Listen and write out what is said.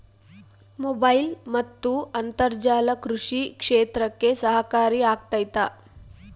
Mobile ಮತ್ತು ಅಂತರ್ಜಾಲ ಕೃಷಿ ಕ್ಷೇತ್ರಕ್ಕೆ ಸಹಕಾರಿ ಆಗ್ತೈತಾ?